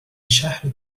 شهر